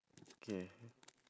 okay